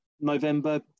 November